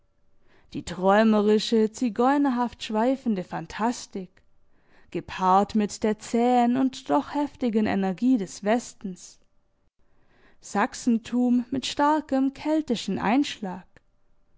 die träumerische zigeunerhaft schweifende phantastik gepaart mit der zähen und doch heftigen energie des westens sachsentum mit starkem keltischen einschlag